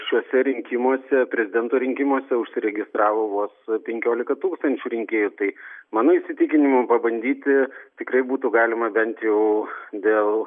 šiuose rinkimuose prezidento rinkimuose užsiregistravo vos penkiolika tūkstančių rinkėjų tai mano įsitikinimu pabandyti tikrai būtų galima bent jau dėl